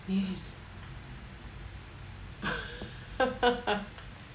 yes